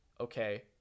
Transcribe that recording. okay